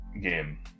game